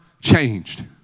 changed